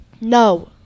No